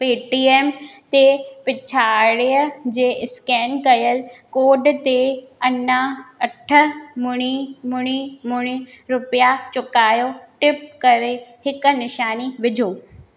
Paytm ते पिछाड़ीअ जे स्केन कयल कोड ते अञा अठ ॿुड़ी ॿुड़ी ॿुड़ी रुपिया चुकायो टिप करे हिकु निशानी विझो